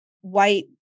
white